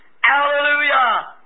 Hallelujah